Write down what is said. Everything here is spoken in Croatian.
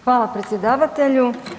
Hvala predsjedavatelju.